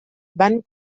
van